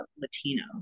latino